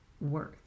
worth